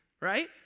right